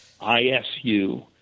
ISU